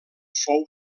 fou